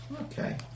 Okay